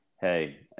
hey